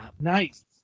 nice